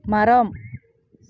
மரம்